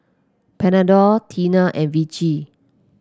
Panadol Tena and Vichy